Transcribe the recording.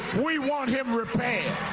we want him repaired.